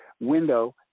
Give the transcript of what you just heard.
window